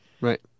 Right